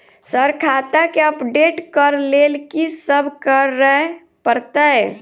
Sir खाता केँ update करऽ लेल की सब करै परतै?